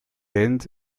ends